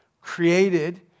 created